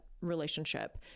relationship